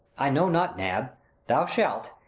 i know not, nab thou shalt,